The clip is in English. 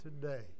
today